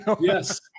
Yes